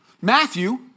Matthew